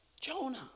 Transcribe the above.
Jonah